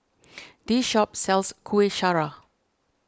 this shop sells Kuih Syara